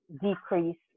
decrease